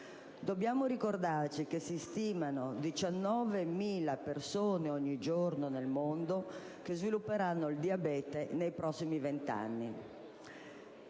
Dobbiamo ricordarci che si stimano 19.000 persone ogni giorno nel mondo che svilupperanno il diabete nei prossimi 20 anni.